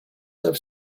have